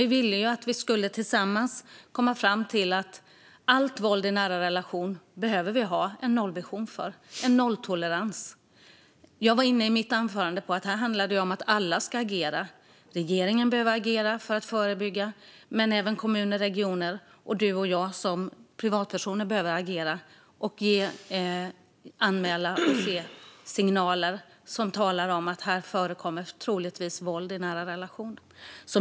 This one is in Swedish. Vi ville att alla tillsammans skulle komma fram till att det behövs en nollvision och en nolltolerans för allt våld i nära relationer. Jag var i mitt huvudanförande inne på att alla ska agera. Regeringen behöver agera för att förebygga, men även kommuner, regioner och du och jag som privatpersoner behöver göra det. Vi behöver anmäla när vi ser signaler som visar att det troligtvis förekommer våld i nära relationer.